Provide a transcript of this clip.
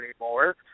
anymore